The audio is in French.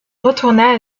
retourna